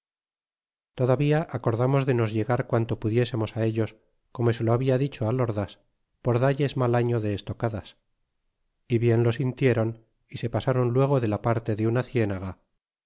todavía acordamos de nos llegar quanto pudiésemos á ellos como se lo había dicho al ordás por dalles mal año de estocadas y bien lo sintiéron y se pasron luego de la parte de una cienega